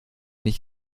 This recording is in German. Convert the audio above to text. nicht